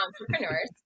entrepreneurs